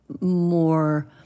more